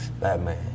Batman